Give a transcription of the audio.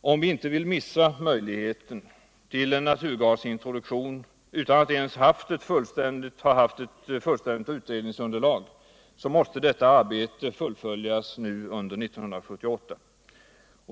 Om vi inte vill missa möjligheten tull on naturgasintroduktion utan att ens ha hatt ett fullständigt utredningsunderlag, så mäste detta arbete fullföljas under 1978.